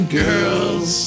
girls